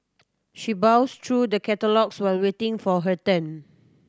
she browsed through the catalogues while waiting for her turn